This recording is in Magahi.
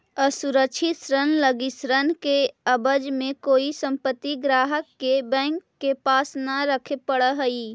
असुरक्षित ऋण लगी ऋण के एवज में कोई संपत्ति ग्राहक के बैंक के पास न रखे पड़ऽ हइ